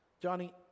Johnny